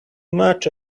much